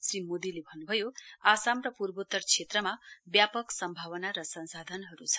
श्री मोदीले भन्न्भयो आसाम र पूर्वोत्तर क्षेत्रमा व्यापक सम्भावना र संसाधनहरू छन्